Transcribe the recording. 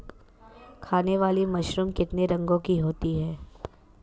खाने वाली मशरूम कितने रंगों की होती है?